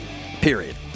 Period